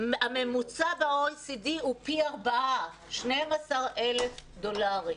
הממוצע ב-OECD הוא פי ארבעה, 12,000 דולר.